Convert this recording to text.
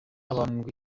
abantu